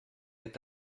est